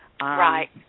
Right